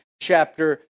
chapter